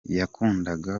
yakundaga